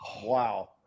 Wow